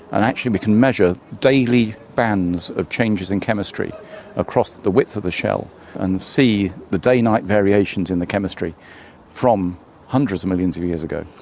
and actually we can measure daily bands of changes in chemistry across the width of the shell and see the day-night variations in the chemistry from hundreds of millions of years ago.